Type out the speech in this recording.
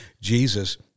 Jesus